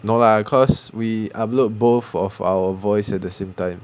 no lah cause we upload both of our voice at the same time